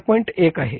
1 आहे